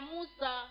Musa